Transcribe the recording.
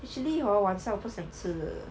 actually hor 晚上我不想吃的